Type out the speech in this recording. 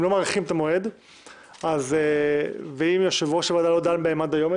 אם לא מאריכים את המועד ואם יושב-ראש הוועדה לא דן בהן עד היום,